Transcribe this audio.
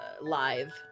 live